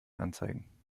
anzeigen